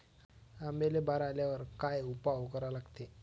आंब्याले बार आल्यावर काय उपाव करा लागते?